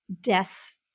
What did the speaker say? death